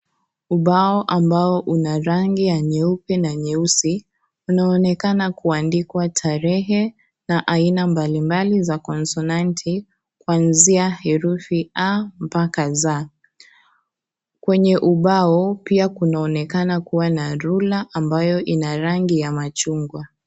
Ubao ambao ambao una rangi ya nyeupe na nyeusi, unaonekana kuandikwa tarehe, na aina mbalimbali za konsonanti, kuanzia herufi A mpaka Z. Kwenye ubao, pia kunaonekana kuwa na rula ambayo ina rangi ya machungwa.